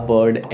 Bird